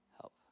help